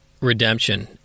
redemption